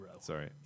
Sorry